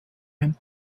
him